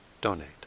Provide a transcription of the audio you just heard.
donate